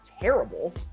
terrible